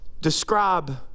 describe